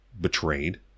betrayed